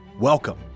Welcome